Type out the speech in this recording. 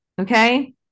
okay